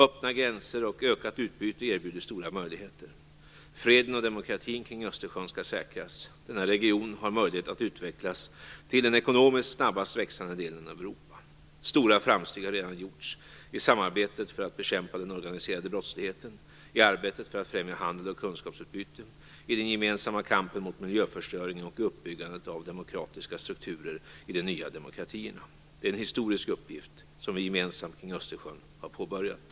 Öppna gränser och ökat utbyte erbjuder stora möjligheter. Freden och demokratin kring Östersjön skall säkras. Denna region har möjlighet att utvecklas till den ekonomiskt snabbast växande delen av Europa. Stora framsteg har redan gjorts - i samarbetet för att bekämpa den organiserade brottsligheten, i arbetet för att främja handel och kunskapsutbyte, i den gemensamma kampen mot miljöförstöring och i uppbyggandet av demokratiska strukturer i de nya demokratierna. Det är en historisk uppgift som vi gemensamt kring Östersjön har påbörjat.